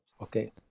Okay